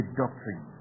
doctrine